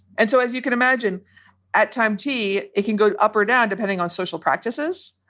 and so as you can imagine at time t it can go up or down depending on social practices,